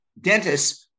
dentists